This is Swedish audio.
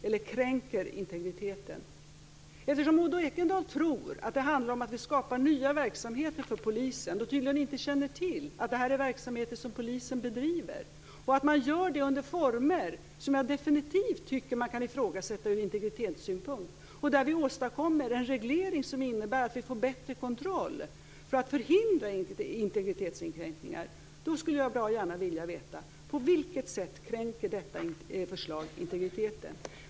Maud Ekendahl tror att det handlar om att skapa nya verksamheter för polisen och känner tydligen inte till att detta är verksamheter som polisen bedriver, och detta under former som jag definitivt tycker att man kan ifrågasätta ur integritetssynpunkt. Vi åstadkommer nu en reglering som innebär att vi får bättre kontroll för att förhindra integritetskränkningar. Därför skulle jag bra gärna vilja veta: På vilket sätt kränker detta förslag integriteten?